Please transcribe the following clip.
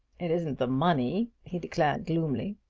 it isn't the money! he declared gloomily.